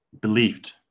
believed